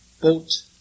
boat